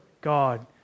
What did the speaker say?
God